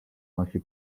nosi